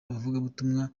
abavugabutumwa